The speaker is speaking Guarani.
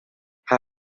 ha